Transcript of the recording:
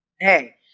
Hey